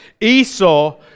Esau